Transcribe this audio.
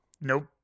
Nope